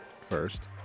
first